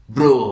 Bro